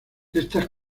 estas